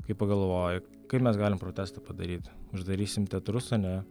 kai pagalvoji kaip mes galim protestą padaryt uždarysim teatrus ane